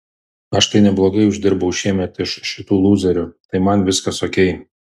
aš tai neblogai uždirbau šiemet iš šitų lūzerių tai man viskas okei